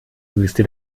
wüste